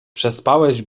przespałeś